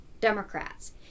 Democrats